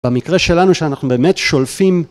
במקרה שלנו שאנחנו באמת שולפים.